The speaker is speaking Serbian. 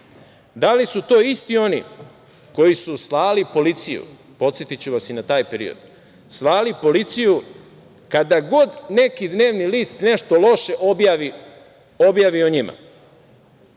Da li su to isto oni koji su slali policiju, podsetiću vas i na taj period, kada god neki dnevni list nešto loše objavi o njima,